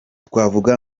twavuga